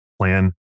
plan